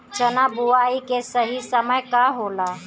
चना बुआई के सही समय का होला?